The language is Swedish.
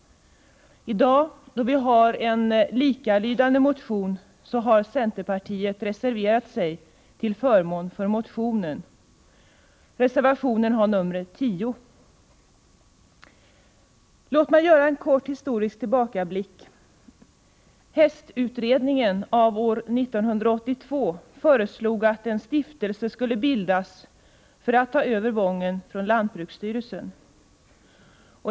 I dag, då vi har en likalydande motion, har centerpartiet reserverat sig till förmån för motionen i reservation nr 10. Låt mig göra en kort historisk tillbakablick. Hästutredningen av år 1982 föreslog att en stiftelse skulle bildas för att ta över Wången från lantbruksstyrelsen.